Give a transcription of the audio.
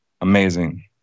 amazing